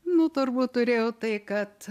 nu turbūt turėjau tai kad